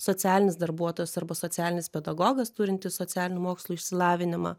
socialinis darbuotojas arba socialinis pedagogas turintis socialinių mokslų išsilavinimą